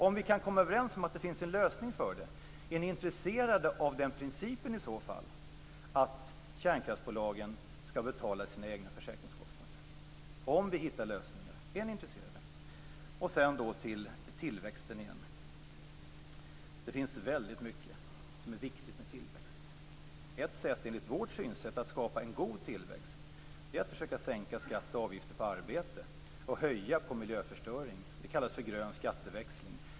Om vi kan komma överens om att det finns en lösning för detta, är ni då intresserade av den principen att kärnkraftsbolagen skall betala sina egna försäkringskostnader? Är ni intresserade om vi hittar lösningar? Sedan var det detta med tillväxten igen. Det finns väldigt mycket som är viktigt med tillväxt. Ett sätt att skapa en god tillväxt, enligt vårt synsätt, är att försöka sänka skatt och avgifter på arbete och höja på miljöförstöring. Det kallas för grön skatteväxling.